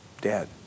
dad